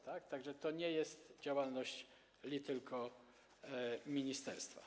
Tak że to nie jest działalność li tylko ministerstwa.